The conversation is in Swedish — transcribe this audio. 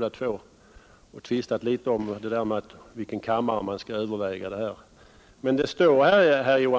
Det har också tvistats litet om i vilken kammare man skulle överväga detta. Men vad man sade